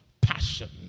passion